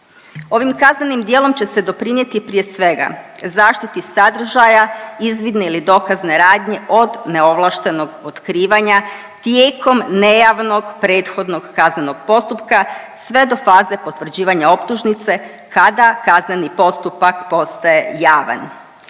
Ovim kaznenim djelom će se doprinijeti, prije svega, zaštiti sadržaja izvidne ili dokazne radnje od neovlaštenog otkrivanja tijekom nejavnog prethodnog kaznenog postupka sve do faze potvrđivanja optužnice kada kazneni postupak postaje javan.